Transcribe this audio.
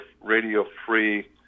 radio-free